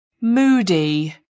Moody